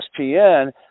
ESPN